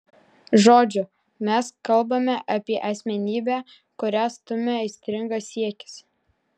žodžiu mes kalbame apie asmenybę kurią stumia aistringas siekis